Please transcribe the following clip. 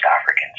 Africans